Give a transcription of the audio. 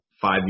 five